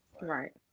right